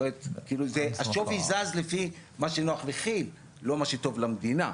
זאת אומרת השווי זז לפי מה שנוח לכיל לא מה שטוב למדינה.